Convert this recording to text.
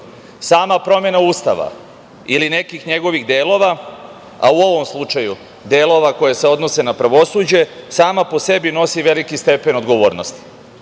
promena Ustava ili nekih njegovih delova, a u ovom slučaju delova koje se odnose na pravosuđe, sama po sebi nosi veliki stepen odgovornosti.